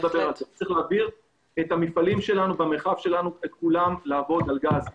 צריך להעביר את כל המפעלים במרחב שלנו לעבוד על גז.